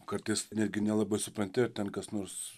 kartais netgi nelabai supranti ar ten kas nors